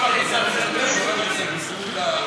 כל הכנסה בעצם גורמת,